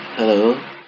Hello